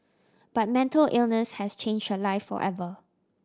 but mental illness has change her life forever